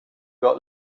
got